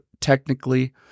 technically